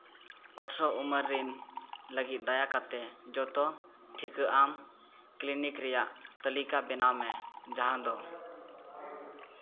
ᱟᱴᱷᱨᱚ ᱩᱢᱮᱨ ᱨᱮᱱ ᱞᱟᱹᱜᱤᱫ ᱫᱟᱭᱟ ᱠᱟᱛᱮᱫ ᱡᱚᱛᱚ ᱴᱤᱠᱟᱹ ᱟᱢ ᱠᱞᱤᱱᱤᱠ ᱨᱮᱭᱟᱜ ᱛᱟᱹᱞᱤᱠᱟ ᱵᱮᱱᱟᱣ ᱢᱮ ᱡᱟᱦᱟᱸ ᱫᱚ